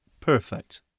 Perfect